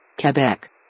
Quebec